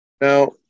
Now